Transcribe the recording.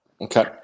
Okay